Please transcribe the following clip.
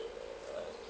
err